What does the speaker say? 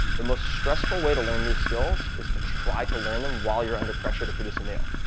the most stressful way to learn new skills is to try to learn them while you're under pressure to produce a meal.